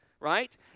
Right